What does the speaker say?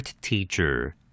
teacher